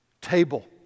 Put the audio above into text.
table